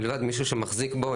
מלבד מישהו שמחזיק בו,